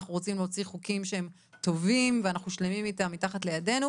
אנחנו רוצים להוציא חוקים שהם טובים ושאנחנו שלמים איתם מתחת לידינו.